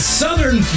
southern